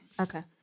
okay